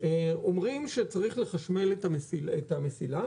אומרים שצריך לחשמל את המסילה.